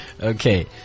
Okay